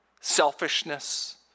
selfishness